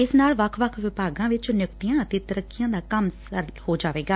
ਇਸ ਨਾਲ ਵੱਖ ਵੱਖ ਵਿਭਾਗਾਂ ਵਿਚ ਨਿਯੁਕਤੀਆਂ ਅਤੇ ਤਰੱਕੀਆਂ ਦਾ ਕੰਮ ਸਰਲ ਹੋ ਜਾਵੇਗਾ